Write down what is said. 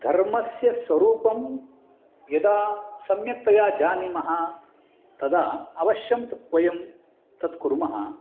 धर्मस्य स्वरूपं यदा सम्यक्तया जानीमः तदा अवश्यं तु वयं तत्कुर्मः